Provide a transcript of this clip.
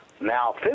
Now